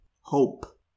Hope